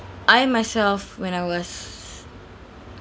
I myself when I was